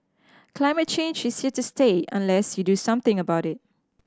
climate change is here to stay unless you do something about it